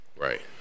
Right